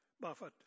Buffett